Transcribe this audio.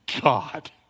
God